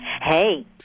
Hey